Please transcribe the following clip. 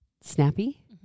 snappy